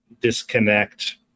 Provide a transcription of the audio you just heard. disconnect